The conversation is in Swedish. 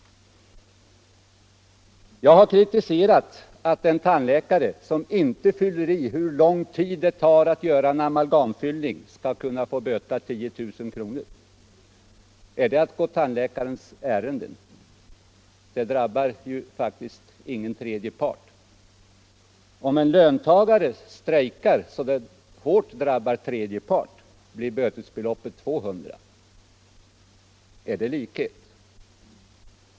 Jag har kritiserat bestämmelsen att en tandläkare som inte fyller i hur lång tid det tar att göra en amalgamfyllning skall kunna få böta 10 000 kr. Är det att gå tandläkarnas ärenden? Det drabbar ju faktiskt ingen tredje part. Om en löntagare strejkar så att det hårt drabbar tredje man blir bötesbeloppet 200 kr. Är det likhet?